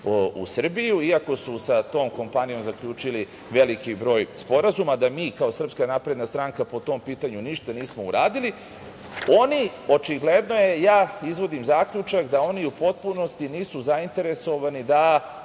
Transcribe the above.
u Srbiju, iako su sa tom kompanijom zaključili veliki broj sporazuma, a da mi kao Srpska napredna stranka po tom pitanju ništa nismo uradili. Očigledno je, ja izvodim zaključak da oni u potpunosti nisu zainteresovani da